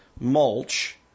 mulch